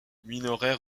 minoret